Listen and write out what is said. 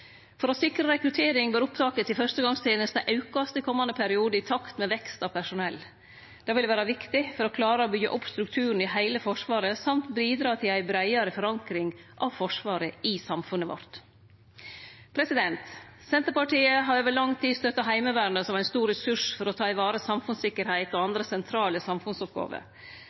For å sikre rekruttering bør opptaket til fyrstegongstenesta aukast i komande periode, i takt med vekst av personell. Det vil vere viktig for å klare å byggje opp strukturen i heile Forsvaret og bidra til ei breiare forankring av Forsvaret i samfunnet vårt. Senterpartiet har over lang tid støtta Heimevernet som ein stor ressurs for å ta vare på samfunnstryggleiken og andre sentrale samfunnsoppgåver.